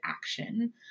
action